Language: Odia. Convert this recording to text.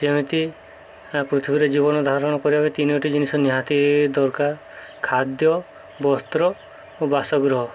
ଯେମିତି ପୃଥିବୀରେ ଜୀବନ ଧାରଣ କରିବା ପାଇଁ ତିନୋଟି ଜିନିଷ ନିହାତି ଦରକାର ଖାଦ୍ୟ ବସ୍ତ୍ର ଓ ବାସଗୃହ